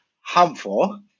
harmful